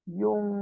yung